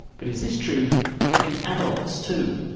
but is this true in adults too?